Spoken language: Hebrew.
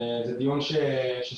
זה דיון שסוכם.